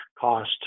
cost